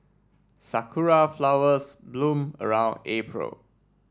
sakura flowers bloom around April